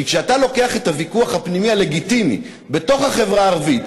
כי כשאתה לוקח את הוויכוח הפנימי הלגיטימי בתוך החברה הערבית,